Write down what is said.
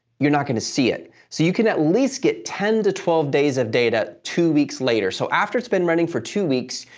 you're not going to see it. so, you can at least get ten to twelve days of data two weeks later. so, after it's been running for two weeks,